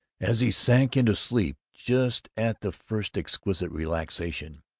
as he sank into sleep, just at the first exquisite relaxation,